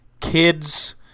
kids